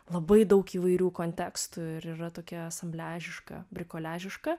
labai daug įvairių kontekstų ir yra tokia asambliažiška ir koliažiška